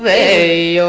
a